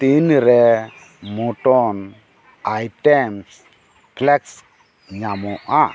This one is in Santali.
ᱛᱤᱱ ᱨᱮ ᱢᱚᱴᱚᱱ ᱟᱭᱴᱮᱢᱥ ᱯᱞᱮᱠᱥ ᱧᱟᱢᱚᱜᱼᱟ